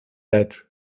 edge